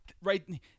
right